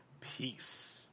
peace